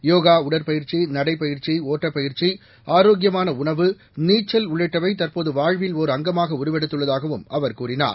யோகா உற்பயிற்சி நடைபயிற்சி ஒட்டப்பயிற்சி ஆரோக்கியமான உணவு நீச்சல் உள்ளிட்டவை தற்போது வாழ்வில் ஓர் அங்கமாக உருவெடுத்துள்ளதாகவும் அவர் கூறினார்